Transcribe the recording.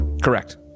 Correct